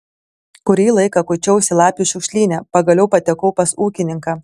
kurį laiką kuičiausi lapių šiukšlyne pagaliau patekau pas ūkininką